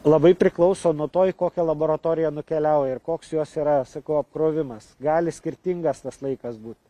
labai priklauso nuo to į kokią laboratoriją nukeliauja ir koks jos yra sakau apkrovimas gali skirtingas tas laikas būt